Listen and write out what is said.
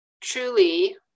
truly